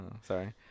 Sorry